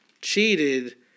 cheated